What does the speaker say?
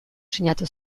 sinatu